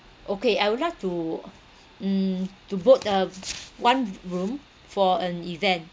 okay I would like to mm to vote um one room for an event